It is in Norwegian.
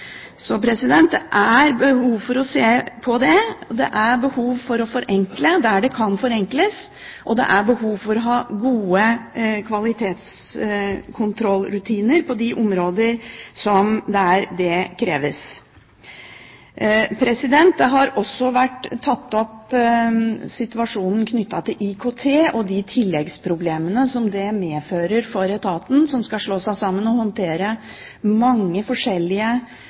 Så det er behov for å se på det. Det er behov for å forenkle der det kan forenkles, og det er behov for å ha gode kvalitetskontrollrutiner på områder der det kreves. Det som også har vært tatt opp, er situasjonen knyttet til IKT og de tilleggsproblemene som det medfører for etater som skal slå seg sammen og håndtere mange forskjellige